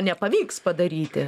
nepavyks padaryti